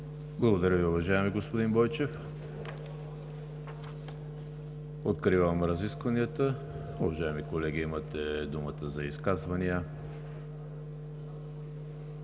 Благодаря Ви, уважаеми господин Бойчев. Откривам разискванията. Уважаеми колеги, имате думата за изказвания.